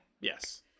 yes